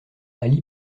ali